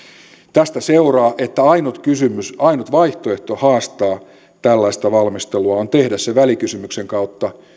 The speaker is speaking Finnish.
tästä seuraa että ainut vaihtoehto haastaa tällaista valmistelua on tehdä se välikysymyksen kautta